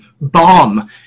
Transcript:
bomb